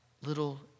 little